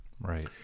Right